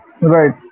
Right